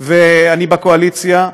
שאני בקואליציה,